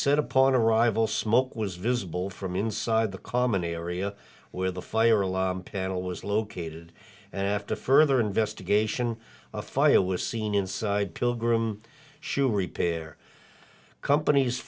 said upon arrival smoke was visible from inside the common area where the fire alarm panel was located and after further investigation a fire was seen inside pilgrim shoe repair companies